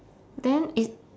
then it